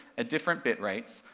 at different bit rates,